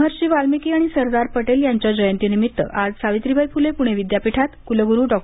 महर्षि वाल्मिकी आणि सरदार पटेल यांच्या जयंती निमित्त आज सावित्रीबाई फुले पुणे विद्यापीठात कुलग्रू डॉ